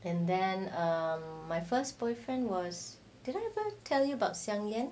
and then um my first boyfriend was did I ever tell you about siang lian